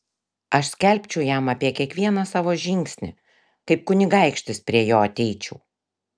aš skelbčiau jam apie kiekvieną savo žingsnį kaip kunigaikštis prie jo ateičiau